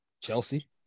Chelsea